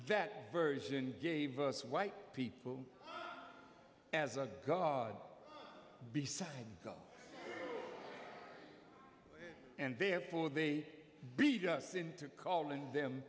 that version gave us white people as a god beside god and therefore they beat us into calling them